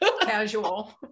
casual